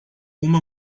uma